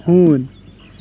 ہوٗن